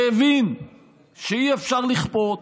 שהבין שאי-אפשר לכפות,